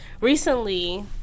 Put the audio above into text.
Recently